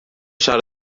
siarad